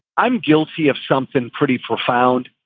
i'm guilty of something pretty profound.